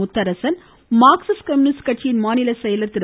Mutharasan Marxist Communist கட்சியின் மாநில செயலாளர் திரு